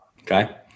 Okay